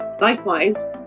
likewise